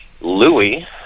Louis